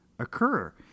occur